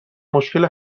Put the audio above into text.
مشکل